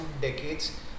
decades